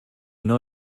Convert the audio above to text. know